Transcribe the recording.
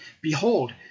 behold